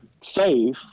safe